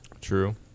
True